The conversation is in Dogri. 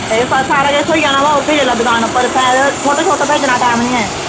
ऐ सारा किश थ्होई जाना ओह् बी औगेओ जेल्लै दकाना पर इत्थै फोटो छोटो भेजने दा टैम नी ऐ